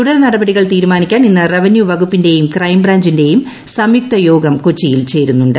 തുടർനടപടികൾ തീരുമാനിക്കാൻ ഇന്ന് റവന്യൂ വകുപ്പിന്റെയും ക്രൈംബ്രാഞ്ചിന്റെയും സംയുക്ത യോഗം കൊച്ചിയിൽ ചേരുന്നുണ്ട്